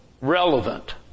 relevant